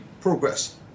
progress